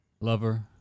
lover